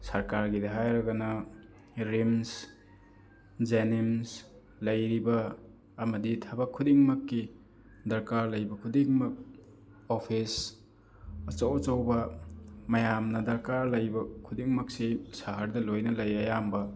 ꯁꯔꯀꯥꯔꯒꯤꯗ ꯍꯥꯏꯔꯒꯅ ꯔꯤꯝꯁ ꯖꯦꯅꯤꯝꯁ ꯂꯩꯔꯤꯕ ꯑꯃꯗꯤ ꯊꯕꯛ ꯈꯨꯗꯤꯡꯃꯛꯀꯤ ꯗꯔꯀꯥꯔ ꯂꯩꯕ ꯈꯨꯗꯤꯡꯃꯛ ꯑꯣꯐꯤꯁ ꯑꯆꯧ ꯑꯆꯧꯕ ꯃꯌꯥꯝꯅ ꯗꯔꯀꯥꯔ ꯂꯩꯕ ꯈꯨꯗꯤꯡꯃꯛꯁꯤ ꯁꯍꯔꯗ ꯂꯣꯏꯅ ꯂꯩ ꯑꯌꯥꯝꯕ